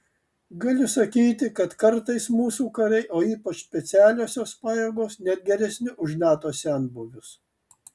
galiu sakyti kad kartais mūsų kariai o ypač specialiosios pajėgos net geresni už nato senbuvius